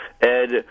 Ed